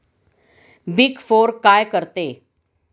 Big four काय करते?